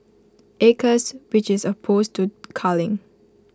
acres which is opposed to culling